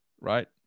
right